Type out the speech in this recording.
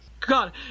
God